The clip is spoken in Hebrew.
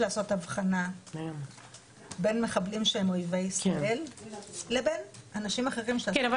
-- בין מחבלים שהם אויבי ישראל לבין אנשים אחרים שהם --- כן,